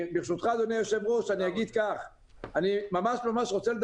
ברשותך, אדוני היושב ראש, אני רוצה לומר כך.